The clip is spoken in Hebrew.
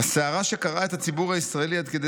"הסערה שקרעה את הציבור הישראלי עד כדי